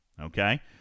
Okay